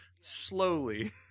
Slowly